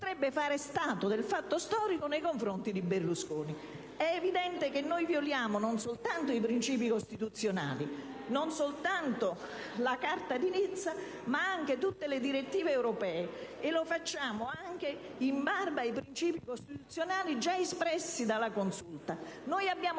fare stato del fatto storico nei confronti di Berlusconi. È evidente che noi violiamo non soltanto i princìpi costituzionali, non soltanto la Carta di Nizza, ma anche tutte le direttive europee e lo facciamo in barba ai principi costituzionali già espressi dalla Consulta. Noi abbiamo